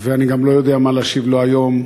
ואני לא יודע מה להשיב לו גם היום.